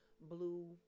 Blue